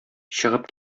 чыгып